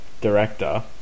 director